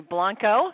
Blanco